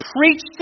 Preach